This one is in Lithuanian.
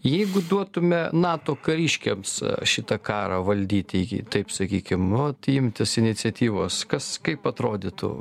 jeigu duotume nato kariškiams šitą karą valdyti jį taip sakykim nu vat imtis iniciatyvos kas kaip atrodytų